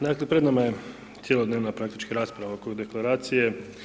Dakle, pred nama je cjelodnevna praktički rasprava oko Deklaracije.